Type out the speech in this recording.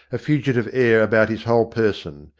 a fugitive air about his whole person.